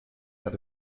that